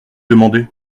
demandez